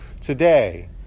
today